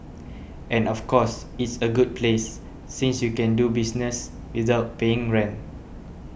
and of course it's a good place since you can do business without paying rent